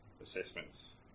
assessments